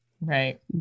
Right